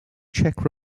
czech